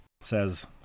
says